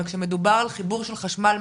אבל כשמדובר על חיבור של חשמל,